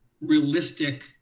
realistic